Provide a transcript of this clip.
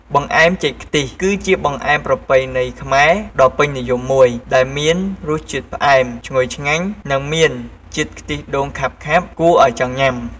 បង្អែមចេកខ្ទិះ គឺជាបង្អែមប្រពៃណីខ្មែរដ៏ពេញនិយមមួយ ដែលមានរសជាតិផ្អែម ឈ្ងុយឆ្ងាញ់ និងមានជាតិខ្ទិះដូងខាប់ៗគួរឱ្យចង់ញ៉ាំ។